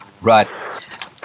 Right